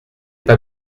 pas